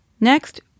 Next